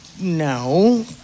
no